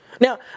Now